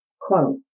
quote